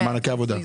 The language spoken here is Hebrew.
של מענקי עבודה.